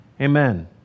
amen